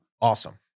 awesome